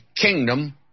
kingdom